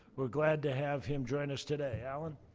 we're glad to have him join us today, alan?